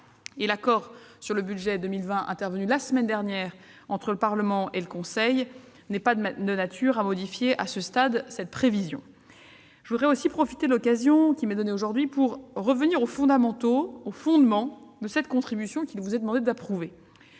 l'accord sur le budget pour 2020 intervenu, la semaine dernière, entre le Parlement européen et le Conseil n'est pas de nature à modifier cette prévision. Je voudrais profiter de l'occasion qui m'est donnée aujourd'hui pour revenir aux fondements de la contribution qu'il vous est demandé d'approuver.